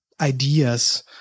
ideas